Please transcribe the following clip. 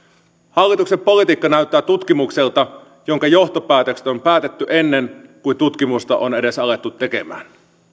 hallituksen politiikka näyttää tutkimukselta jonka johtopäätökset on päätetty ennen kuin tutkimusta on edes alettu tehdä